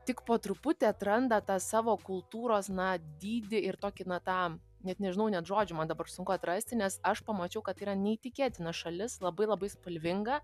tik po truputį atranda tą savo kultūros na dydį ir tokį na tą net nežinau net žodžių man dabar sunku atrasti nes aš pamačiau kad tai yra neįtikėtina šalis labai labai spalvinga